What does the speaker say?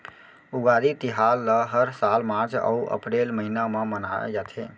उगादी तिहार ल हर साल मार्च अउ अपरेल महिना म मनाए जाथे